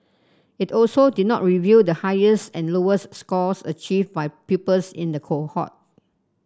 it also did not reveal the highest and lowest scores achieved by pupils in the cohort